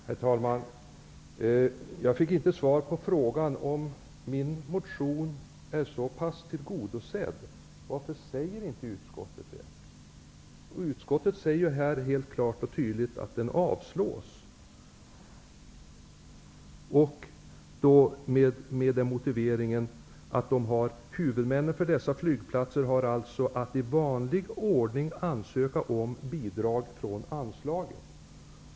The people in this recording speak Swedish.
Herr talman! Jag fick inte svar på frågan varför utskottet, om min motion är så väl tillgodosedd, inte säger detta. Utskottet hemställer klart och tydligt att den skall avslås, med den motiveringen att huvudmännen för dessa flygplatser har att i vanlig ordning ansöka om bidrag från anslaget.